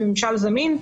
מממשל זמין,